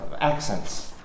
accents